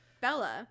bella